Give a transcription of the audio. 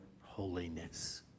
holiness